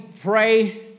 pray